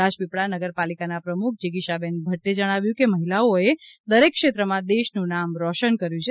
રાજપીપળા નગરપાલિકાના પ્રમુખ જીગીષાબેન ભટ્ટે જણાવ્યું કે મહિલાઓએ દરેક ક્ષેત્રમાં દેશનું નામ રોશન કર્યું છે